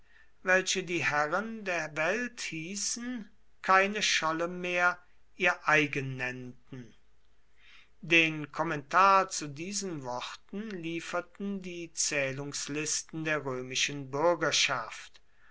welche die herren der welt hießen keine scholle mehr ihr eigen nennten den kommentar zu diesen worten lieferten die zählungslisten der römischen bürgerschaft